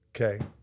Okay